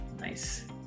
nice